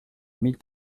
mille